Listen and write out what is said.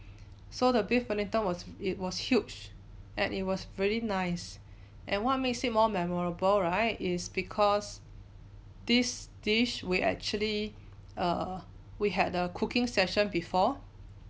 so the brief panetta was it was huge and it was very nice and what makes it more memorable right is because this dish will actually err we had a cooking session before